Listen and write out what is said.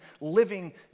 living